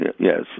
Yes